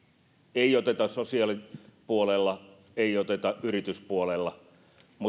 ei sosiaalipuolella ei yrityspuolella